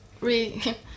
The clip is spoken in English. re